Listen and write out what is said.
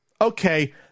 okay